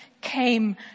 came